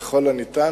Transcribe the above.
ככל הניתן.